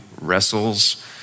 wrestles